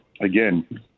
again